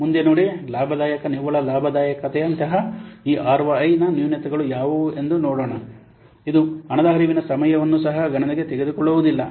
ಮುಂದೆ ನೋಡಿ ಲಾಭದಾಯಕ ನಿವ್ವಳ ಲಾಭದಾಯಕತೆಯಂತಹ ಈ ಆರ್ಒಐನ ನ್ಯೂನತೆಗಳು ಯಾವುವು ಎಂದು ನೋಡೋಣ ಇದು ಹಣದ ಹರಿವಿನ ಸಮಯವನ್ನು ಸಹ ಗಣನೆಗೆ ತೆಗೆದುಕೊಳ್ಳುವುದಿಲ್ಲ